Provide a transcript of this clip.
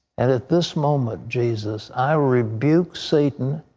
and at this moment, jesus, i rebuke satan.